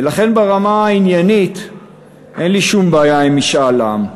ולכן ברמה העניינית אין לי שום בעיה עם משאל עם,